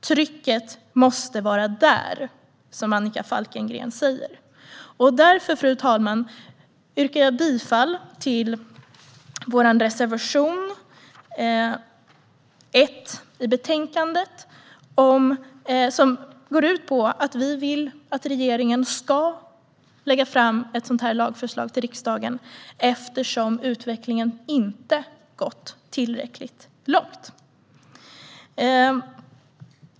Trycket måste vara där, som Annika Falkengren säger. Fru talman! Jag yrkar därför bifall till vår reservation 1 i betänkandet. Den går ut på att vi vill att regeringen ska lägga fram ett lagförslag till riksdagen eftersom utvecklingen inte gått tillräckligt långt.